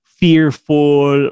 fearful